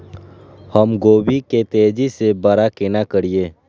हम गोभी के तेजी से बड़ा केना करिए?